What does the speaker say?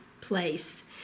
place